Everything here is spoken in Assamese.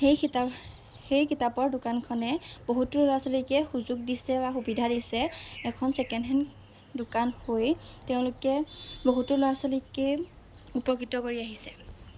সেই কিতাপ সেই কিতাপৰ দোকানখনে বহুতো ল'ৰা ছোৱালীকে সুযোগ দিছে বা সুবিধা দিছে এখন ছেকেণ্ড হেণ্ড দোকান হৈ তেওঁলোকে বহুতো ল'ৰা ছোৱালীকে উপকৃত কৰি আহিছে